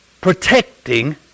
protecting